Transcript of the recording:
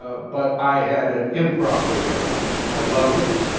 ah but i had an improper reaction. i loved it.